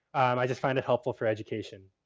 i just find it helpful for education.